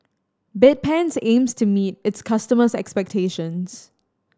bedpans aims to meet its customers' expectations